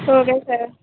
okay sir